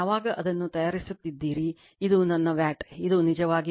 ಯಾವಾಗ ಅದನ್ನು ತಯಾರಿಸುತ್ತಿದ್ದೀರಿ ಇದು ನನ್ನ ವ್ಯಾಟ್ ಇದು ನಿಜವಾಗಿ ವ್ಯಾಟ್ ಮತ್ತು ಇದು ನನ್ನ var